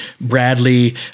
Bradley